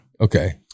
Okay